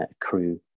crew